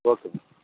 okay ma'am